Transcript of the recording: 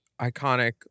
iconic